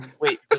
Wait